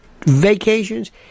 vacations